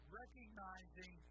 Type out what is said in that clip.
recognizing